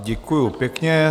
Děkuju pěkně.